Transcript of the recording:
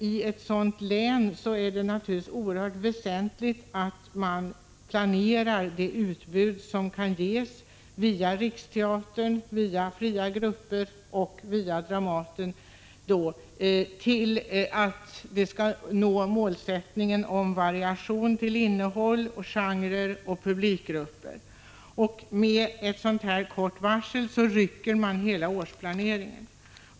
I ett sådant län är det naturligtvis oerhört väsentligt att man planerar det utbud som kan ges via riksteatern, via fria grupper och via Dramaten, för att man skall nå målsättningen om variation till innehåll, genre och publikgrupper. Med ett sådant här kort varsel förrycker man hela årsplaneringen.